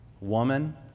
woman